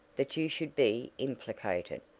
that you should be implicated,